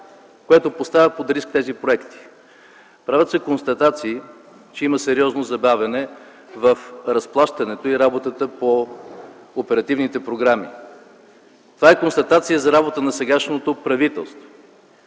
което поставя под риск тези проекти. Правят се констатации, че има сериозно забавяне в разплащането и работата по оперативните програми. Това е констатация за работа на сегашното правителство.